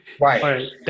right